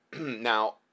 now